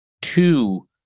two